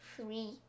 three